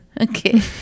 okay